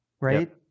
right